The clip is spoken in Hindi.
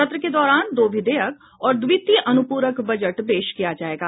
सत्र के दौरान दो विधेयक और द्वितीय अनुपूरक बजट पेश किया जाएगा